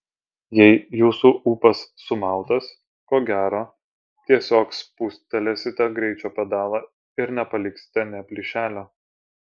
jei jūsų ūpas sumautas ko gero tiesiog spustelėsite greičio pedalą ir nepaliksite nė plyšelio